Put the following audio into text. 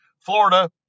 Florida